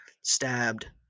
stabbed